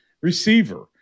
receiver